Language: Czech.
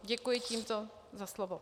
Děkuji tímto za slovo.